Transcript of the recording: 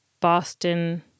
Boston